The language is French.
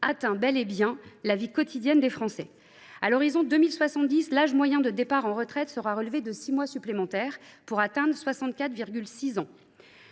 affecte bel et bien la vie quotidienne des Français. À l’horizon de 2070, l’âge moyen de départ à la retraite sera relevé de six mois supplémentaires, pour s’établir à 64,6 ans.